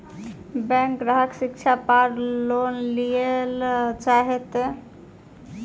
Bank ग्राहक शिक्षा पार लोन लियेल चाहे ते?